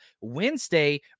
Wednesday